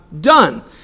done